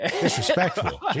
Disrespectful